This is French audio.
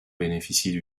bénéficient